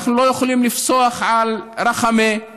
אנחנו לא יכולים לפסוח על רח'מה,